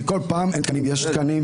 כי כל פעם אין תקנים, יש תקנים.